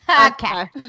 Okay